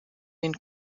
den